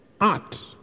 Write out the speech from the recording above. Art